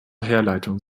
herleitung